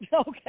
Okay